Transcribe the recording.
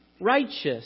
righteous